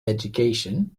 education